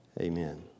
Amen